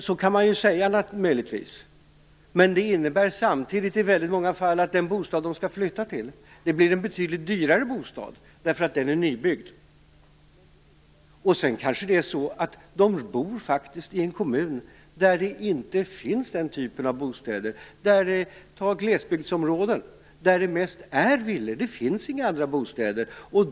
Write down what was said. Så kan man möjligtvis säga, men det innebär samtidigt i väldigt många fall att den bostad som de skall flytta till blir en betydligt dyrare bostad, därför att den är nybyggd. Dessutom kanske de bor i en kommun där inte den typen av bostäder finns. I glesbygdsområden är det mest villor och nästan inga andra bostäder.